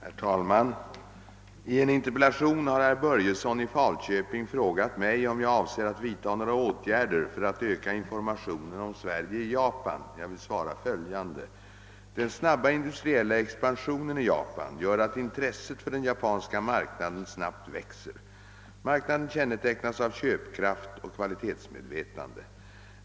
Herr talman! I en interpellation har herr Börjesson i Falköping frågat mig om jag avser vidta några åtgärder för att öka informationen om Sverige i Japan. Jag vill svara följande. Den 'snabba industriella expansionen i Japan gör att intresset för den japanska marknaden snabbt växer. Marknaden kännetecknas av köpkraft och kvalitetsmedvetande.